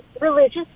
religious